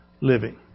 living